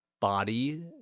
body